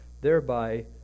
thereby